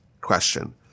question